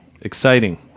Exciting